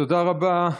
תודה רבה,